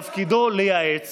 בעצם הפכתם אותם מיועצים לפוסקים.